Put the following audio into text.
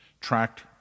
tracked